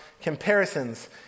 comparisons